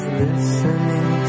listening